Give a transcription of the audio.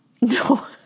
No